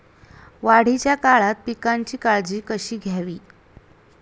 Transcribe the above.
वाढीच्या काळात पिकांची काळजी कशी घ्यावी?